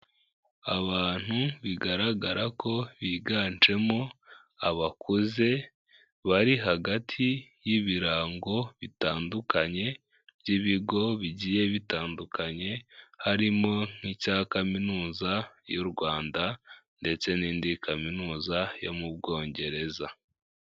Abantu bigaragara ko biganjemo abakuze bari hagati y'ibirango bitandukanye by'ibigo bigiye bitandukanye, harimo nk'icya kaminuza y'u Rwanda ndetse n'indi kaminuza yo mu Bwongereza.